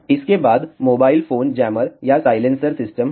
इसके बाद mobile phone jammer या साइलेंसर सिस्टम है